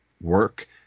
work